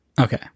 Okay